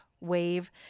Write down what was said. wave